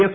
F